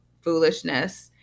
foolishness